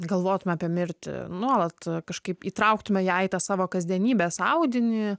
galvotume apie mirtį nuolat kažkaip įtrauktume ją į tą savo kasdienybės audinį